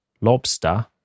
lobster